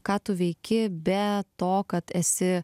ką tu veiki be to kad esi